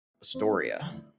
Astoria